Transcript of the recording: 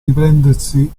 riprendersi